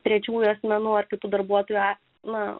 trečiųjų asmenų ar kitų darbuotojų na